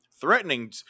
Threatening